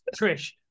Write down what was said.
Trish